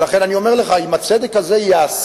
ולכן, אני אומר לך שאם הצדק הזה ייעשה,